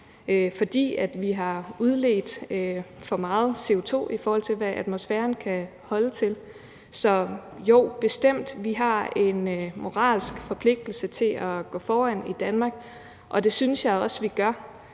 for vi har udledt for meget CO2, i forhold til hvad atmosfæren kan holde til. Så jo, bestemt, vi har en moralsk forpligtelse til at gå foran i Danmark, og det synes jeg også vi gør.